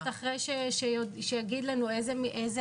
המשרד לשירותי דת, אחרי שיגיד לנו איזה מועצות.